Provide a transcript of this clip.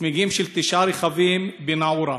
צמיגים של תשעה רכבים בנאעורה,